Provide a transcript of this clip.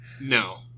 No